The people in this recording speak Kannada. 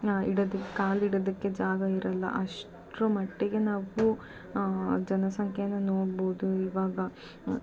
ಇಡೋದಕ್ಕೆ ಕಾಲು ಇಡೋದಕ್ಕೆ ಜಾಗ ಇರೋಲ್ಲ ಅಷ್ಟ್ರ ಮಟ್ಟಿಗೆ ನಾವು ಜನಸಂಖ್ಯೆಯನ್ನ ನೋಡ್ಬೋದು ಇವಾಗ